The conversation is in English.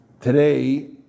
Today